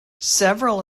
several